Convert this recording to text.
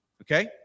Okay